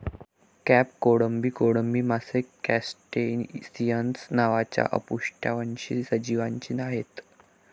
crab, कोळंबी, कोळंबी मासे क्रस्टेसिअन्स नावाच्या अपृष्ठवंशी सजीवांचे आहेत